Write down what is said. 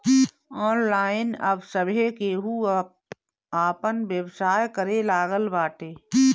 online अब सभे केहू आपन व्यवसाय करे लागल बाटे